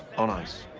on ice.